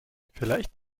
vielleicht